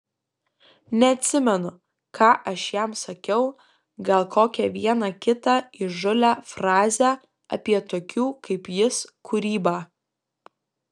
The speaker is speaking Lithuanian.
neatsimenu ką aš jam sakiau gal kokią vieną kitą įžūlią frazę apie tokių kaip jis kūrybą